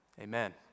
amen